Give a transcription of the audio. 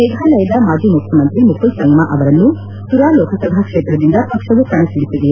ಮೇಘಾಲಯದ ಮಾಜಿ ಮುಖ್ಯಮಂತ್ರಿ ಮುಕುಲ್ ಸಂಗ್ನಾ ಅವರನ್ನು ತುರಾ ಲೋಕಸಭಾ ಕ್ಷೇತ್ರದಿಂದ ಪಕ್ಷವು ಕಣಕ್ಕಳಿಸಿದೆ